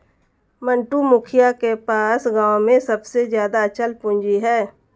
मंटू, मुखिया के पास गांव में सबसे ज्यादा अचल पूंजी है